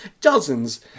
Dozens